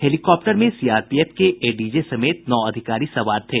helicopter में CRPF के ADJ समेत नौ अधिकारी सवार थे